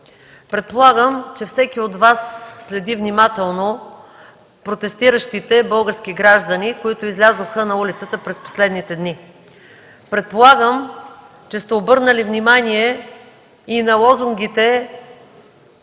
Предполагам, че всеки от Вас следи внимателно протестиращите български граждани, които излязоха на улицата през последните дни. Предполагам, че сте обърнали внимание и на лозунгите,